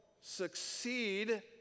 succeed